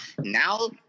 now